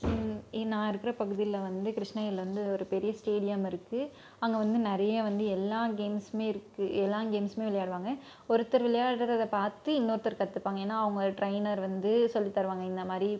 நான் இருக்கிற பகுதியில் வந்து கிருஷ்ணகிரியில் வந்து ஒரு பெரிய ஸ்டேடியம் இருக்கு அங்கே வந்து நிறைய வந்து எல்லா கேம்ஸுமே இருக்கு எல்லா கேம்ஸுமே விளையாடுவாங்க ஒருத்தர் விளையாடுகிறத பார்த்து இன்னொருத்தர் கற்றுப்பாங்க ஏன்னா அவங்க ட்ரெய்னர் வந்து சொல்லித்தருவாங்க இந்த மாதிரி